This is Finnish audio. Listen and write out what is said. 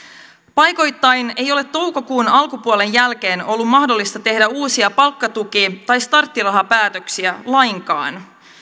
paikoittain ei ole toukokuun alkupuolen jälkeen ollut mahdollista tehdä uusia palkkatuki tai starttirahapäätöksiä lainkaan